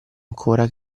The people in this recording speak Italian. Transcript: ancora